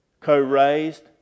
co-raised